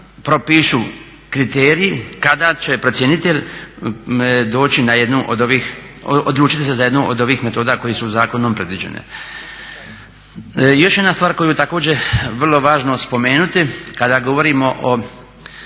propišu kriteriji kada će procjenitelj doći na jednu od ovih, odlučiti se za jednu od ovih metoda koje su zakonom predviđene. Još jedna stvar koju je također vrlo važno spomenuti kada govorimo o